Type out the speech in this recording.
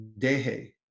Dehe